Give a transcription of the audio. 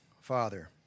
Father